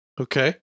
Okay